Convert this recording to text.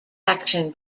action